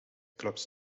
clubs